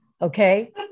Okay